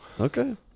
Okay